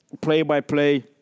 play-by-play